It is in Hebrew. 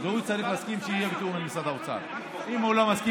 אם הוא לא מסכים